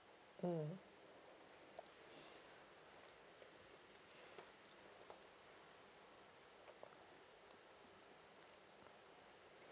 mm